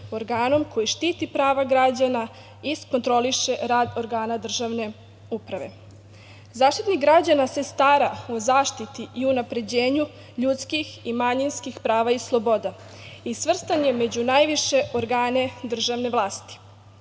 organom koji štiti prava građana i kontroliše rad organa državne uprave.Zaštitnik građana se stara o zaštiti i unapređenju ljudskih i manjinskih prava i sloboda i svrstan je među najviše organe državne vlasti.